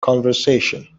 conversation